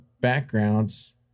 backgrounds